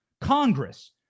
Congress